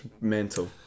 mental